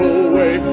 away